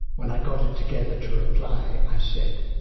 when i got it together to reply i said